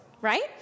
right